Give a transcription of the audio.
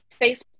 Facebook